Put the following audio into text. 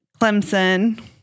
Clemson